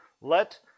Let